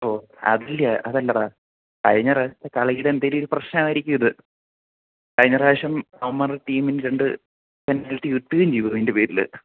ഓ അതിൽ അതല്ലടാ കഴിഞ്ഞ പ്രാവശ്യത്തെ കളിയിൽ എന്തേലുമൊരു പ്രശ്നമായിരിക്കുമിത് കഴിഞ്ഞ പ്രാവശ്യം അവന്മാരുടെ ടീമിന് രണ്ട് പെനാൽറ്റി കിട്ടുകയും ചെയ്തതിന്റെ പേരിൽ